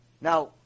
Now